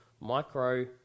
micro